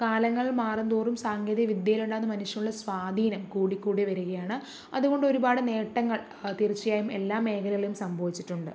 കാലങ്ങൾ മാറുന്തോറും സാങ്കേതിക വിദ്യയിലുണ്ടാവുന്ന മനുഷ്യരുടെ സ്വാധീനം കൂടിക്കൂടി വരികയാണ് അതുകൊണ്ട് ഒരുപാട് നേട്ടങ്ങൾ തീർച്ചയായും എല്ലാ മേഖലകളിലും സംഭവിച്ചിട്ടുണ്ട്